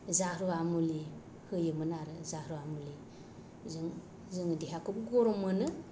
जारुवा मुलि होयोमोन आरो जारुवा मुलि जों जोंनि देहाखौबो गरम मोनो